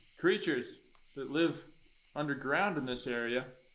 creatures that live underground in this area.